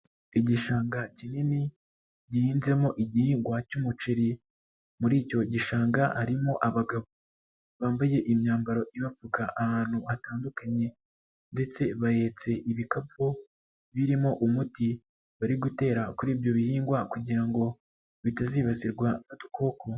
Igishanga kinini gihinzemo igihingwa cy'umuceri. Muri icyo gishanga harimo abagabo, bambaye imyambaro ibapfuka ahantu hatandukanye ndetse bahetse ibikapu birimo umuti bari gutera kuri ibyo bihingwa kugira ngo bitazibasirwa udukoko.